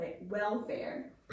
Welfare